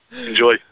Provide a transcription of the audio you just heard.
Enjoy